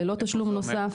ללא תשלום נוסף,